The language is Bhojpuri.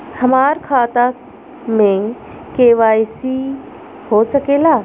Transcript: हमार खाता में के.वाइ.सी हो सकेला?